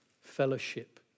fellowship